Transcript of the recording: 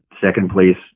second-place